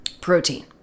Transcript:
protein